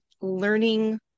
learning